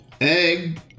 egg